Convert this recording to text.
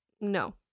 no